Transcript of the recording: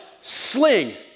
sling